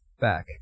back